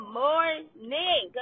morning